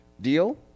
Deal